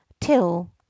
till